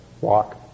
walk